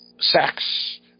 sex